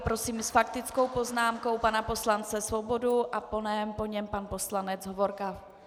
Prosím s faktickou poznámkou pana poslance Svobodu a po něm pan poslanec Hovorka.